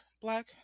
black